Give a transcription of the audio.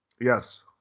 Yes